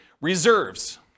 reserves